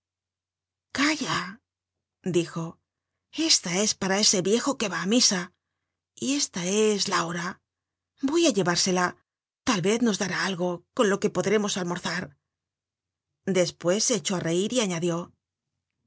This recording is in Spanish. calla dijo esta es para ese viejo que va á misa y esta es la hora voy á llevársela tal vez nos dará algo con lo que podremos almorzar despues se echó á reir y añadió